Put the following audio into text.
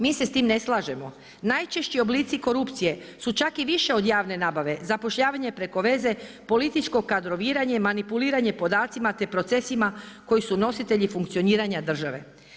Mi se sa time ne slažemo, najčešći oblici korupcije su čak i više od javne nabave, zapošljavanje preko veze, političko kadroviranje, manipuliranje podacima te procesima koji su nositelji funkcioniranja države.